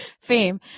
fame